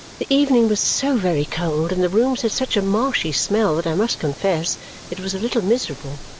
the evening was so very cold and the rooms had such a marshy smell that i must confess it was a little miserable,